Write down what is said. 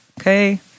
okay